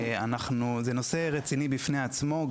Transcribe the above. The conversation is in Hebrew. זה נושא רציני בפני עצמו.